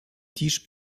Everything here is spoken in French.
tiges